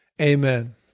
Amen